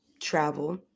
travel